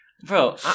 bro